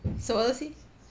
so let's